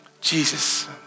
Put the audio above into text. Jesus